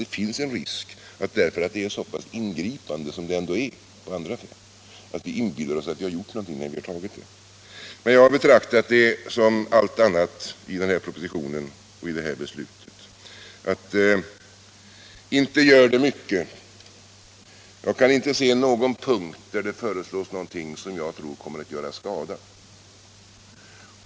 Det finns en risk att vi, därför att förbudet är så ingripande, inbillar oss att vi gjort någonting väsentligt. Jag säger om detta som om allt annat i den här propositionen och i det här beslutet: inte gör det mycket. Jag kan inte se att någonting av det som föreslås kan göra skada.